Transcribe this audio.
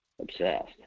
Obsessed